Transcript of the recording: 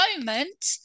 moment